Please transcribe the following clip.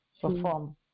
perform